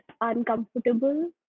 uncomfortable